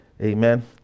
Amen